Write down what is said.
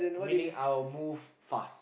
meaning I will move fast